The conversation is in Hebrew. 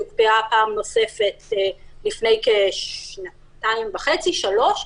והיא הוקפאה פעם נוספת לפני כשנתיים וחצי-שלוש,